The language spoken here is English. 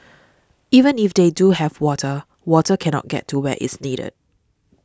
even if they do have water water cannot get to where it's needed